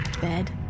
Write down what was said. bed